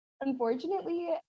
Unfortunately